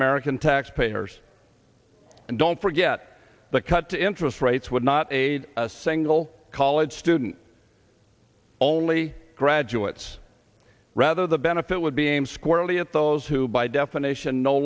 american taxpayers and don't forget the cut to interest rates would not aid a single college student only graduates rather the benefit would be aimed squarely at those who by definition no